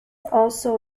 also